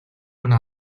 минь